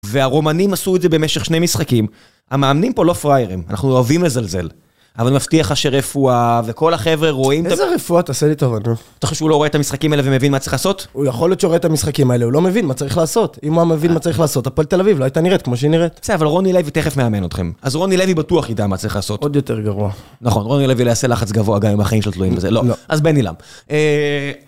והרומנים עשו את זה במשך שני משחקים. המאמנים פה לא פריירים, אנחנו אוהבים לזלזל. אבל אני מבטיח לך שרפואה... וכל החברה רואים... איזה רפואה, תעשה לי טובה. אתה חושב שהוא לא רואה את המשחקים האלה ומבין מה אתה צריך לעשות? הוא יכול להיות שהוא רואה את המשחקים האלה, הוא לא מבין מה צריך לעשות. אם הוא היה מבין מה צריך לעשות, הפועל תל אביב לא הייתה נראית כמו שהיא נראית? כן, אבל רוני לוי תכף מאמן אתכם. אז רוני לוי בטוח ידע מה צריך לעשות. עוד יותר גרוע. נכון, רוני לוי יעשה לחץ גבוה גם עם החיים שלו התלויים בזה, לא. אז בין אילם.